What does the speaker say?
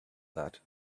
that